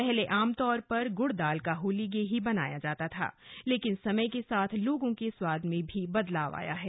पहले आमतोर पर गुड़ दाल का होलीगे ही बनाया जाता था लेकिन समय के साथ लोगों के स्वाद में भी बदलाव आया है